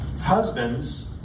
Husbands